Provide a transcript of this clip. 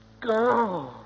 Go